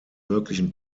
möglichen